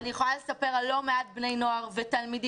אני יכולה לספר על לא מעט בני נוער ותלמידים,